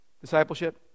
discipleship